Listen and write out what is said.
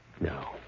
No